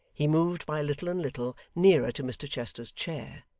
he moved by little and little nearer to mr chester's chair,